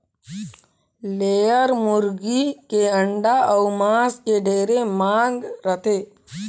layer मुरगी के अंडा अउ मांस के ढेरे मांग रहथे